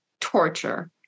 torture